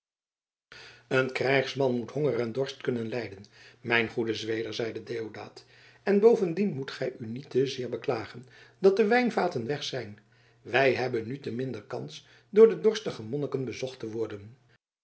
een krijgsman moet honger en dorst kunnen lijden mijn goede zweder zeide deodaat en bovendien moet gij u niet te zeer beklagen dat de wijnvaten weg zijn wij hebben nu te minder kans door de dorstige monniken bezocht te worden